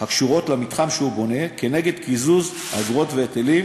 הקשורות למתחם שהוא בונה כנגד קיזוז אגרות והיטלים